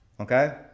okay